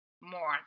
more